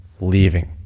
leaving